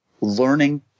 learning